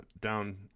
down